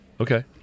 Okay